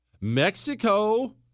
Mexico